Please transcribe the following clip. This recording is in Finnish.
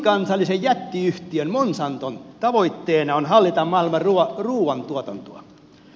monikansallisen jättiyhtiön monsanton tavoitteena on hallita maailman ruuantuotantoa